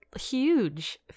huge